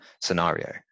scenario